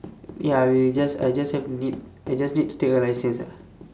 ya I will just I just have to need I just need to take a license ah